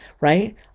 right